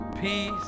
peace